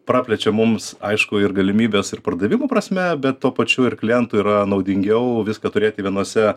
praplečia mums aišku ir galimybes ir pardavimų prasme bet tuo pačiu ir klientui yra naudingiau viską turėti vienose